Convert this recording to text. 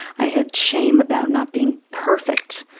i had shame about not being perfect,